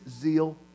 zeal